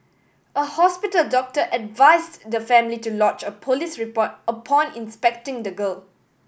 a hospital doctor advised the family to lodge a police report upon inspecting the girl